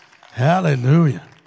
Hallelujah